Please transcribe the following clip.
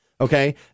Okay